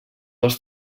els